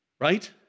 Right